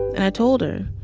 and i told her,